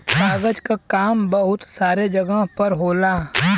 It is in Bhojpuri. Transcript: कागज क काम बहुत सारे जगह पर होला